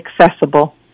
Accessible